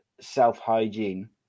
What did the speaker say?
self-hygiene